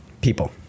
people